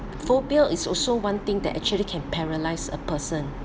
phobia is also one thing that actually can paralyse a person